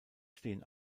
stehen